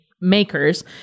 makers